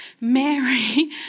Mary